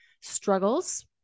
struggles